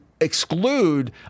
exclude